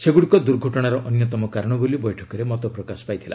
ସେଗ୍ରଡ଼ିକ ଦୂର୍ଘଟଣାର ଅନ୍ୟତମ କାରଣ ବୋଲି ବୈଠକରେ ମତ ପ୍ରକାଶ ପାଇଛି